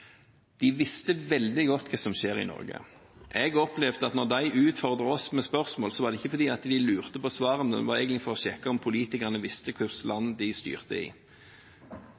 De visste veldig godt hva som skjer i Norge. Jeg opplevde at når de utfordret oss med spørsmål, var det ikke fordi de lurte på svarene, men det var egentlig for å sjekke om politikerne visste hva slags land de styrte i.